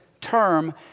term